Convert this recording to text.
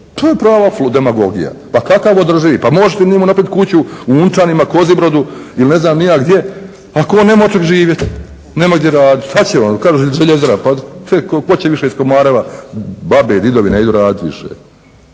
to je prava demagogija. Pa kakav održivi? Pa možete vi njemu napraviti kuću u Unčanima, Kozibrodu ili ne znam ni ja gdje ako on nema od čeg živjet, nema gdje raditi šta će on? Kaže željezara, pa ko će više iz Komareva, babe i didovi ne idu radit više,